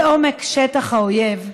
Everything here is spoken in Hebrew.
בעומק שטח האויב,